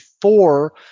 four